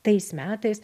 tais metais